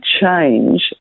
change